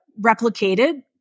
replicated